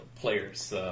players